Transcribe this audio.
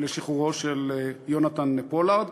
לשחרורו של יונתן פולארד.